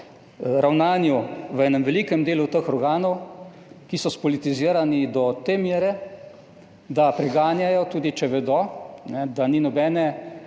ravnanju v enem velikem delu teh organov, ki so spolitizirani do te mere, da preganjajo tudi, če vedo, da ni nobene